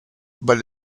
but